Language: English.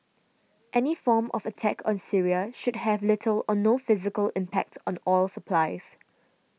any form of attack on Syria should have little or no physical impact on oil supplies